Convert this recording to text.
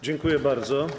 Dziękuję bardzo.